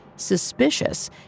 Suspicious